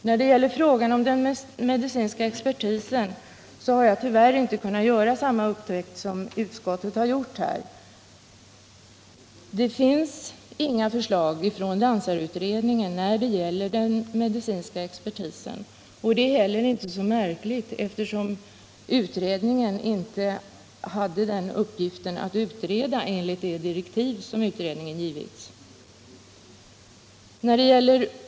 När det gäller den medicinska expertisen har jag tyvärr inte kunnat göra samma upptäckt som utskottet har gjort. Det finns inget förslag från dansarutredningen när det gäller den medicinska expertisen. Det är inte heller så märkligt, eftersom utredningen inte hade den uppgiften enligt de direktiv som utredningen givits.